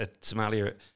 Somalia –